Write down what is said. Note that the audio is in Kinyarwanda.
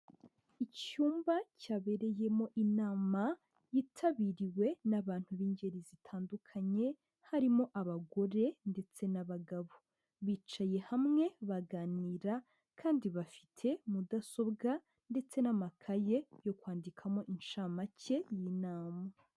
Icyumba cyabereyemo inama yitabiriwe n'abantu b'ingeri zitandukanye, harimo abagore ndetse n'abagabo. Bicaye hamwe baganira kandi bafite mudasobwa ndetse n'amakaye yo kwandikamo inshamake y'inama.